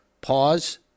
Pause